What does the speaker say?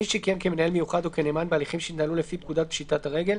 מי שכיהן כמנהל מיוחד או כנאמן בהליכים שהתנהלו לפי פקודת פשיטת הרגל,